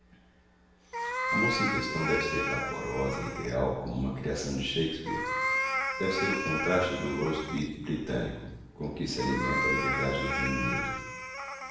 a moça em questão deve ser vaporosa e ideal como uma criação de shakespeare deve ser o contraste do roastbeef britânico com que se alimenta a liberdade do reino unido